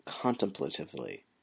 contemplatively